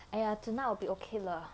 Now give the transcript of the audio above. !aiya! tonight will be okay ah